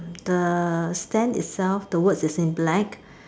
the stand itself the words is in black